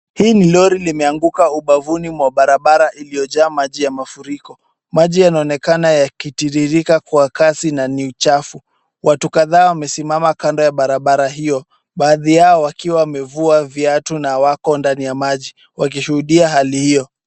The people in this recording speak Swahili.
Hii ni lori limeanguka ubavuni mwa barabara iliyojaa maji ya mafuriko. Maji yanaonekana yakitiririka kwa kasi na ni uchafu. Watu kadhaa wamesimama kando ya barabara hiyo. Baadhi yao wakiwa wamevua viatu na wako ndani ya maji wakishuhudia hali hiyo.